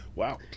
Wow